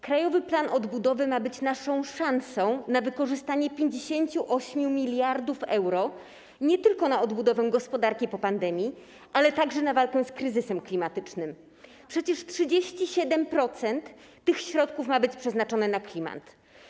Krajowy plan odbudowy ma być naszą szansą na wykorzystanie 58 mld euro nie tylko na obudowę gospodarki po pandemii, ale także na walkę z kryzysem klimatycznym, bo przecież 37% tych środków ma zostać przeznaczonych na klimat.